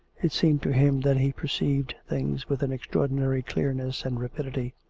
it seemed to him that he perceived things with an extraordinary clearness and rapidity.